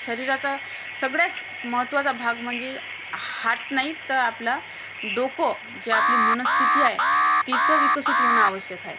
शरीराचा सगळ्यात महत्त्वाचा भाग म्हणजे हात नाही तर आपलं डोकं जे आपली मनस्थिती आहे तिचं विकसित होणं आवश्यक आहे